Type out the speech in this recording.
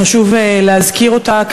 חשוב להזכיר אותה,